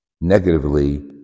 negatively